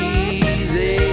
easy